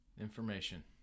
Information